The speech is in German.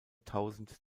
tausend